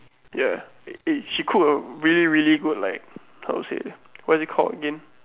ya eh she cook really really good like how to say what is it called again